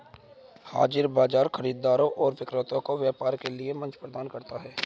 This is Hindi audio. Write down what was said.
हाज़िर बाजार खरीदारों और विक्रेताओं को व्यापार के लिए मंच प्रदान करता है